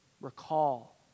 recall